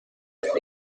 لیگ